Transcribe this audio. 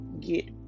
get